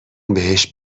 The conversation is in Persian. بهش